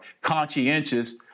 conscientious